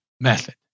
method